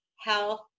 health